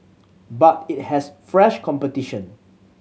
but it has fresh competition